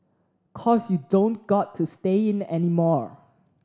cause you don't got to stay in anymore